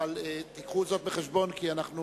תביאו זאת בחשבון, כי אנחנו